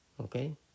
Okay